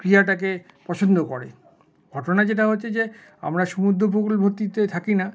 ক্রিয়াটাকে পছন্দ করে ঘটনা যেটা হচ্ছে যে আমরা সমুদ্র উপকূলবর্তীতে থাকি না